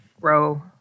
grow